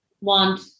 want